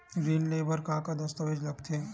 ऋण ले बर का का दस्तावेज लगथे?